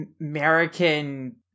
American